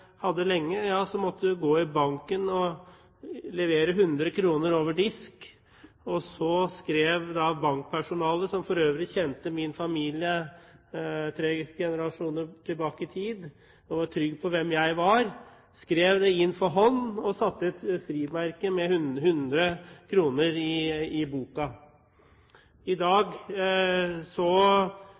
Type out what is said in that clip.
lenge. Da måtte jeg gå i banken og levere 100 kr over disk, og så skrev bankpersonalet, som for øvrig kjente min familie tre generasjoner tilbake og var trygg på hvem jeg var, beløpet inn for hånd og satte et frimerke pålydende 100 kr i boka. Nå tror jeg ikke at jeg har vært i